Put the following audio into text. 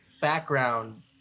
background